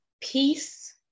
peace